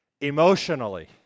emotionally